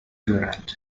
دارند